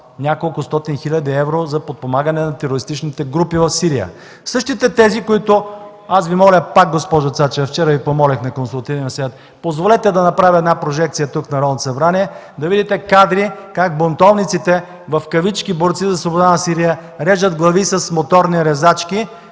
неколкостотин хиляди евро за подпомагане на терористичните групи в Сирия. Същите тези, които – моля Ви пак, госпожо Цачева, вчера Ви помолих на Консултативния съвет: позволете да направя една прожекция тук, в Народното събрание, да видите кадри как бунтовниците „борци за свобода на Сирия” режат глави с моторни резачки,